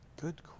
Good